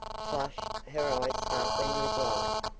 flushed, her eyes sparkling with light,